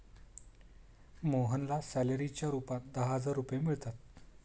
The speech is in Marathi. मोहनला सॅलरीच्या रूपात दहा हजार रुपये मिळतात